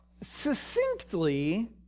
succinctly